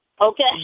Okay